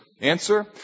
Answer